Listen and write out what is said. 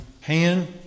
hand